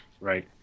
Right